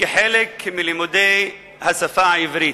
כחלק מלימודי השפה העברית,